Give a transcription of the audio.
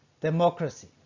democracy